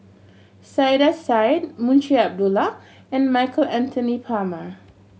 Saiedah Said Munshi Abdullah and Michael Anthony Palmer